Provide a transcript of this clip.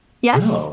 Yes